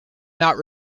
not